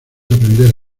aprender